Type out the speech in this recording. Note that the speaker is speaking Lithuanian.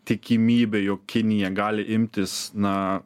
tikimybė jog kinija gali imtis na